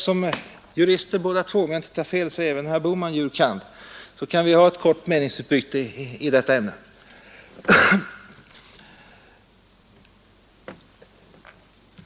Som jurister båda två — om jag inte tar fel är även herr Bohman jur. kand. — kan vi ha ett kort meningsutbyte i detta ämne.